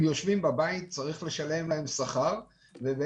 העובדים יושבים בבית וצריך לשלם להם שכר, כך